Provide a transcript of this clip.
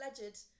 alleged